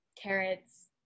carrots